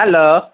hello